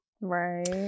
Right